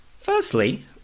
Firstly